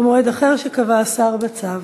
או מועד אחר שקבע השר בצו.